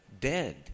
dead